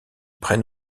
prenne